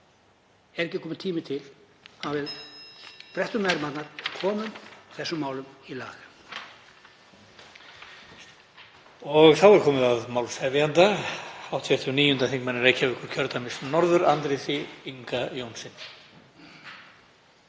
Er ekki kominn tími til að við brettum upp ermarnar og komum þessum málum í lag?